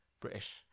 British